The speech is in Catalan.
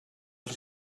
els